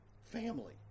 family